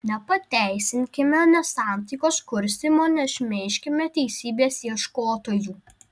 nepateisinkime nesantaikos kurstymo nešmeižkime teisybės ieškotojų